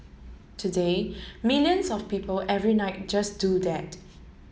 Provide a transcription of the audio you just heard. today millions of people every night just do that